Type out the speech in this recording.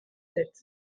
sept